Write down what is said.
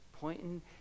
pointing